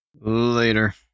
Later